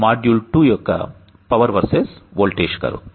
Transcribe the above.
module 2 యొక్క power versus voltage curve